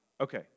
Okay